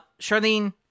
Charlene